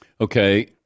Okay